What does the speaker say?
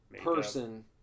person